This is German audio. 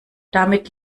damit